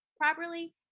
properly